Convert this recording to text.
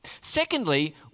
Secondly